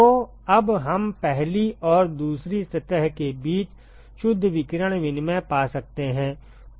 तो अब हम पहली और दूसरी सतह के बीच शुद्ध विकिरण विनिमय पा सकते हैं